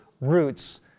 roots